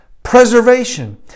preservation